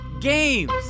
games